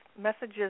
messages